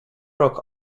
rock